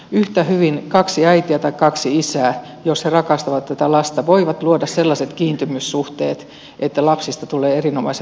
yhtä hyvin kaksi äitiä tai kaksi isää jos he rakastavat tätä lasta voivat luoda sellaiset kiintymyssuhteet että lapsista tulee erinomaisen tasapainoisia